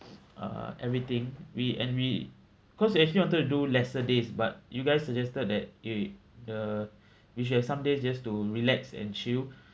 uh everything we and we cause we actually wanted to do lesser days but you guys suggested that eh the you should have some days just to relax and chill